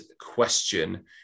question